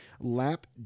Lap